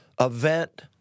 event